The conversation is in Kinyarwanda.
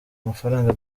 amafaranga